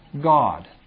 God